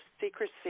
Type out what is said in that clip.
secrecy